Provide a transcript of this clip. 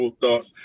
thoughts